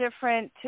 different